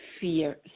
fear